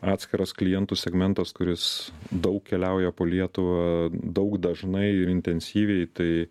atskiras klientų segmentas kuris daug keliauja po lietuvą daug dažnai intensyviai tai